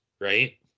right